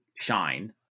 Shine